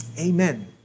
Amen